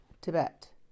Tibet